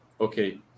Okay